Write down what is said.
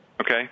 okay